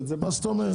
מה זאת אומרת?